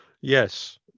yes